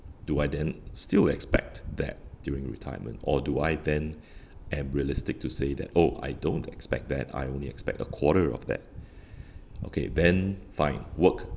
do I then still expect that during retirement or do I then am realistic to say that oh I don't expect that I only expect a quarter of that okay then fine work